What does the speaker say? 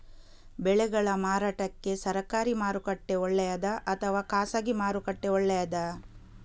ಬೆಳೆಗಳ ಮಾರಾಟಕ್ಕೆ ಸರಕಾರಿ ಮಾರುಕಟ್ಟೆ ಒಳ್ಳೆಯದಾ ಅಥವಾ ಖಾಸಗಿ ಮಾರುಕಟ್ಟೆ ಒಳ್ಳೆಯದಾ